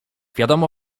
wiadomo